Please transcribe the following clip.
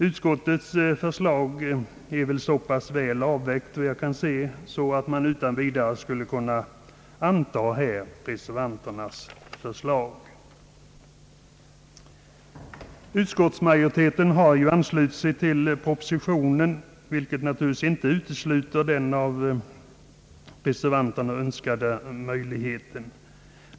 Utskottets förslag är, vad jag kan se, så pass väl avvägt att man utan vidare kan godkänna det. Utskottsmajoriteten har anslutit sig till propositionen, vilket naturligtvis inte utesluter den av reservanterna önskade möjligheten.